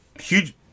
huge